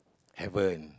heaven